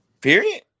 Period